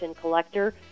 collector